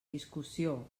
discussió